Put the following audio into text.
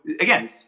again